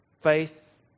Faith